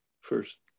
first